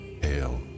Hail